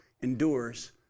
endures